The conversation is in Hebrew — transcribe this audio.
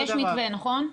זה מתווה, נכון?